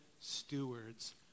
stewards